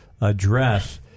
address